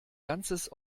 ganzes